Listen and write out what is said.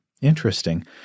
Interesting